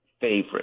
favorite